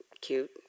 cute